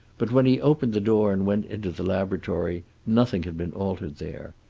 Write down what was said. but when he opened the door and went into the laboratory nothing had been altered there.